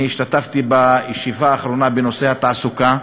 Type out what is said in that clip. אני השתתפתי בישיבה האחרונה בנושא התעסוקה,